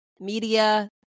media